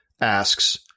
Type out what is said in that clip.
asks